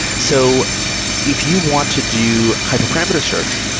so if you want to do hyperparameter search,